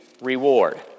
reward